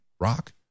rock